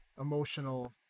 Emotional